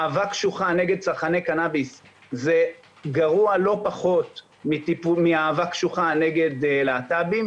אהבה קשוחה נגד צרכני קנאביס זה גרוע לא פחות מאהבה קשוחה נגד להט"בים,